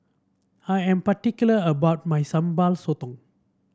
I am particular about my Sambal Sotong